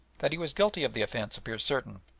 that he was guilty of the offence appears certain,